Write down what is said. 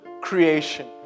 creation